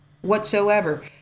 whatsoever